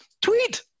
tweet